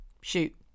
Shoot